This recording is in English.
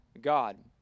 God